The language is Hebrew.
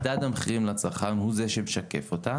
מדד המחירים לצרכן הוא זה שמשקף אותה